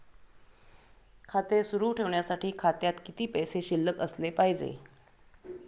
खाते सुरु ठेवण्यासाठी खात्यात किती पैसे शिल्लक असले पाहिजे?